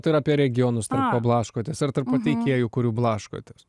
tai yra apie regionus tarp ko blaškotės ar tarp pateikėjų kurių blaškotės